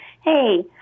Hey